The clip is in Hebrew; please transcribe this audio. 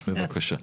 בבקשה.